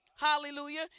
Hallelujah